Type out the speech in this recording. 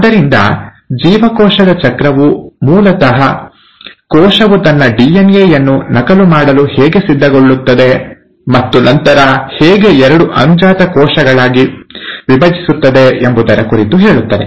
ಆದ್ದರಿಂದ ಜೀವಕೋಶದ ಚಕ್ರವು ಮೂಲತಃ ಕೋಶವು ತನ್ನ ಡಿಎನ್ಎ ಯನ್ನು ನಕಲು ಮಾಡಲು ಹೇಗೆ ಸಿದ್ಧಗೊಳ್ಳುತ್ತದೆ ಮತ್ತು ನಂತರ ಹೇಗೆ ಎರಡು ಅನುಜಾತ ಕೋಶಗಳಾಗಿ ವಿಭಜಿಸುತ್ತದೆ ಎಂಬುದರ ಕುರಿತು ಹೇಳುತ್ತದೆ